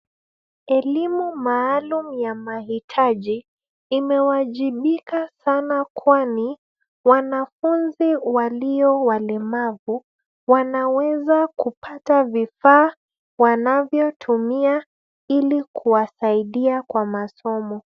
Elimu maalum ya mahitajibimewajibika sana kwani wanafunzi walio walemavu wanaweza kupata vifaa wanavyo tumia ili kuwasaidia kwa masomo.